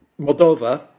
Moldova